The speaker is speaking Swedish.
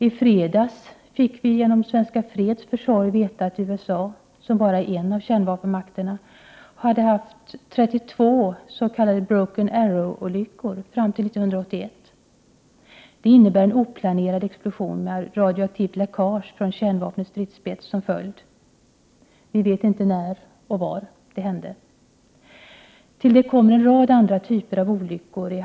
I fredags fick vi genom Svenska Freds försorg veta att USA, bara en av kärnvapenmakterna, hade haft 32 s.k. Broken Arrow-olyckor fram till 1981. Det innebär en oplanerad explosion med radioaktivt läckage från kärnvapnets stridsspets som följd. Vi vet inte när och var de har inträffat. Till detta kommer en rad andra typer av Prot.